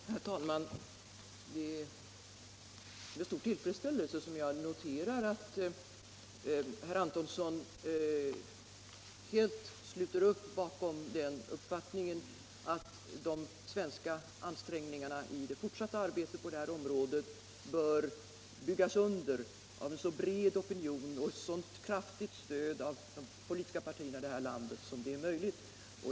Herr talman! Det är med stor tillfredsställelse jag noterar att herr Antonsson helt sluter upp bakom uppfattningen att de svenska ansträngningarna i det fortsatta arbetet på det här området bör byggas under av en så bred opinion och få ett så kraftigt stöd av de politiska partierna här i landet som det är möjligt.